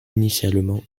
initialement